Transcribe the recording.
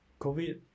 covid